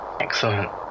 Excellent